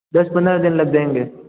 दस पंद्रह दिन लग जाएंगे